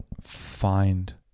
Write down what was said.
find